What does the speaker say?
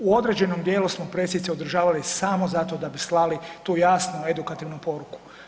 U određenom dijelu smo presice održavali samo zato da bi slali tu jasnu edukativnu poruku.